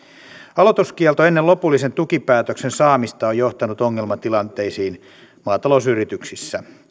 aloituskielto ennen lopullisen tukipäätöksen saamista on johtanut ongelmatilanteisiin maatalousyrityksissä